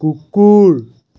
কুকুৰ